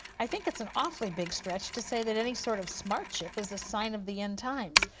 i think it's an awfully big stretch to say that any sort of smart chip, is a sign of the end times.